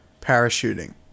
Parachuting